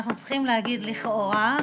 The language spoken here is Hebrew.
אנחנו צריכים להגיד לכאורה,